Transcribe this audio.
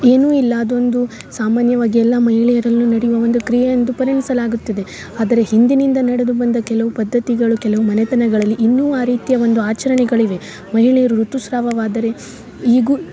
ಏನು ಇಲ್ಲ ಅದೊಂದು ಸಾಮಾನ್ಯವಾಗೆ ಎಲ್ಲ ಮಹಿಳೆಯರಲ್ಲು ನಡೆಯುವ ಒಂದು ಕ್ರಿಯೆ ಎಂದು ಪರಿಣಿಸಲಾಗುತ್ತದೆ ಆದರೆ ಹಿಂದಿನಿಂದ ನಡೆದು ಬಂದ ಕೆಲವು ಪದ್ಧತಿಗಳು ಕೆಲವು ಮನೆತನಗಳಲ್ಲಿ ಇನ್ನೂ ಆ ರೀತಿಯ ಒಂದು ಆಚರ್ಣೆಗಳು ಇವೆ ಮಹಿಳೆಯರು ಋತುಸ್ರಾವವಾದರೆ ಈಗು